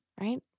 right